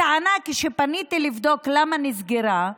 כשפניתי לבדוק למה נסגרה,